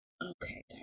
okay